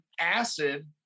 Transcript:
acid